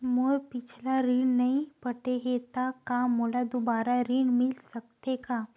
मोर पिछला ऋण नइ पटे हे त का मोला दुबारा ऋण मिल सकथे का?